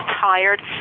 tired